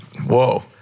Whoa